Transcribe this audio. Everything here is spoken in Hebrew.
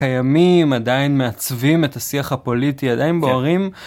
קיימים, עדיין מעצבים את השיח הפוליטי, עדיין בוערים.